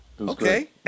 okay